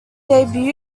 debut